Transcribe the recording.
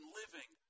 living